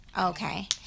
Okay